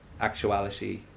actuality